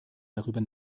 darüber